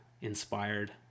inspired